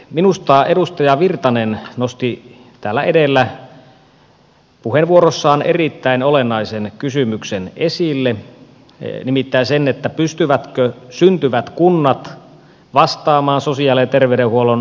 minusta edustaja virtanen nosti täällä edellä puheenvuorossaan erittäin olennaisen kysymyksen esille nimittäin sen pystyvätkö syntyvät kunnat vastaamaan sosiaali ja terveydenhuollon järjestämisestä